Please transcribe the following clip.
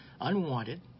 unwanted